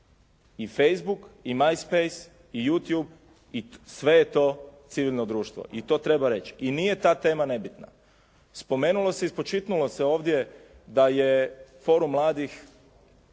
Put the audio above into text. I Facebook i MySpace i Youtube, sve je to civilno društvo i to treba reći, nije ta tema nebitna. Spomenulo se i spočitnulo se ovdje da je Forum mladih